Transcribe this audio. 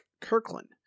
Kirkland